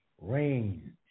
rain